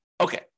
Okay